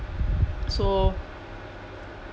so